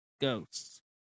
ghosts